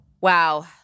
Wow